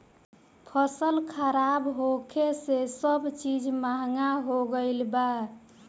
फसल खराब होखे से सब चीज महंगा हो गईल बा